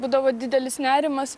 būdavo didelis nerimas